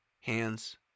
hands